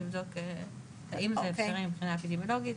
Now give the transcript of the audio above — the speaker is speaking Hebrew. נבדוק האם זה אפשרי מבחינה אפידמיולוגית